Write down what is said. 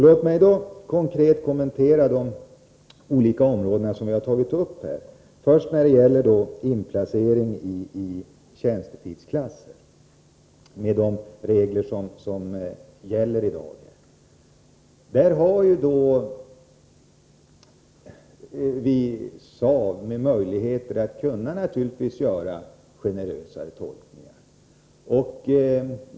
Låt mig konkret kommentera de olika områden som jag har tagit upp, och då först frågan om inplacering i tjänstetidsklasser med de regler som nu gäller. Där kan vi naturligtvis göra generösare tolkningar.